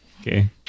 Okay